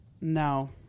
No